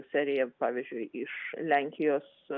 serija pavyzdžiui iš lenkijos